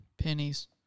Pennies